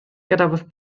gadawodd